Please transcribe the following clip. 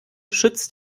schützt